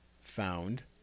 found